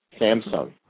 Samsung